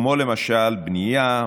כמו למשל בנייה,